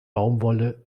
baumwolle